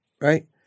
Right